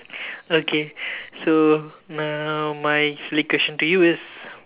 okay so now my silly question to you is